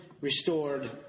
restored